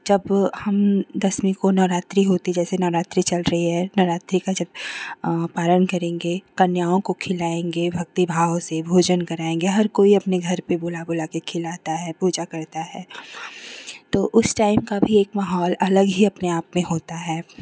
जब हम दशमी को नवरात्रि होती है जैसे नवरात्रि चल रही है नवरात्रि का जब पालन करेंगे कन्याओं को खिलाएँगे भक्ति भाव से भोजन कराएँगे हर कोई अपने घर पर बुला बुलाकर खिलाता है पूजा करता है तो उस टाइम का भी एक माहौल अलग ही अपने आप में होता है